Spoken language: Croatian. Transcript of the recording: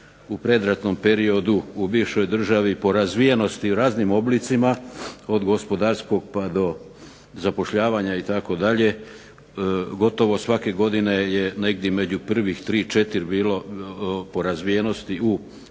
u predratnom periodu u bivšoj državi po razvijenosti u raznim oblicima, od gospodarskog pa do zapošljavanja itd., gotovo svake godine je negdje među prvih 3, 4 bio po razvijenosti u bivšoj državi,